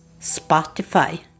Spotify